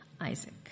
Isaac